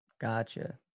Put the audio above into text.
gotcha